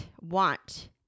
want